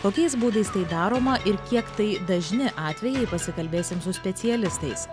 kokiais būdais tai daroma ir kiek tai dažni atvejai pasikalbėsim su specialistais